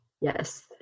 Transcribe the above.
yes